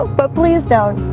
ah but please down.